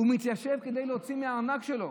הוא מתיישב כדי להוציא מהארנק שלו,